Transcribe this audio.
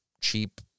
cheap